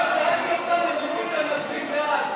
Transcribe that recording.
יואל, שאלתי אותם, והם אמרו לי שהם מצביעים בעד.